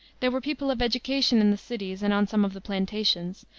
there were people of education in the cities and on some of the plantations,